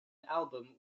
album